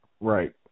Right